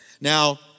Now